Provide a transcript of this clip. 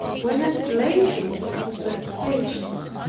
when at leisure from his occupations.